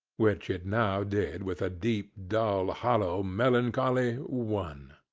which it now did with a deep, dull, hollow, melancholy one.